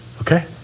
Okay